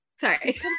Sorry